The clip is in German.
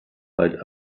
bald